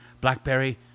blackberry